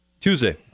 Tuesday